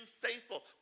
faithful